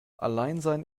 alleinsein